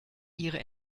ihre